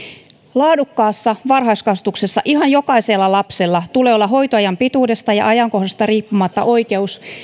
laadukkaassa varhaiskasvatuksessa ihan jokaisella lapsella tulee olla hoitoajan pituudesta ja ajankohdasta riippumatta oikeus